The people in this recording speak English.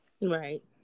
Right